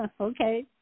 Okay